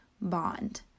bond